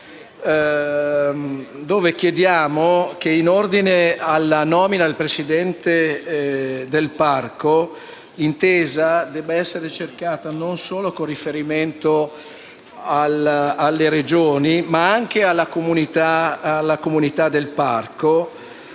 4.103 chiediamo che, in ordine alla nomina del Presidente del parco, l'intesa debba essere cercata non solo con riferimento alle Regioni, ma anche alla comunità del parco,